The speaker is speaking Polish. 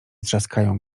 trzaskają